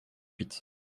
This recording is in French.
huit